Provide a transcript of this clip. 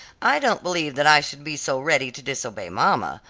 i don't believe that i should be so ready to disobey mamma,